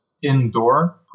Indoor